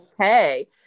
okay